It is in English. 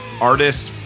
artist